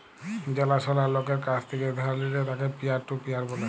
জালা সলা লকের কাছ থেক্যে ধার লিলে তাকে পিয়ার টু পিয়ার ব্যলে